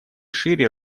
шире